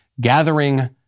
gathering